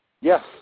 Yes